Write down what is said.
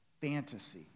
fantasy